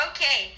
Okay